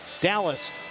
Dallas